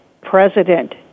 President